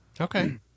Okay